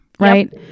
right